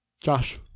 Josh